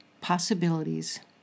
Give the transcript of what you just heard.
possibilities